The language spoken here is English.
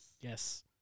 Yes